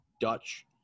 Dutch